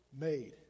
made